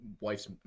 wife's